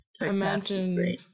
imagine